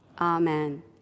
Amen